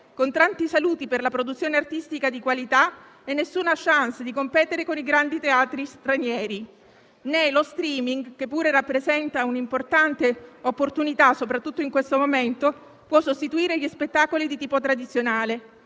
con tanti saluti per la produzione artistica di qualità e nessuna *chance* di competere con i grandi teatri stranieri. Né lo *streaming,* che pure rappresenta un'importante opportunità soprattutto in questo momento, può sostituire gli spettacoli di tipo tradizionale.